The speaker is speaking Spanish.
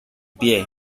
pie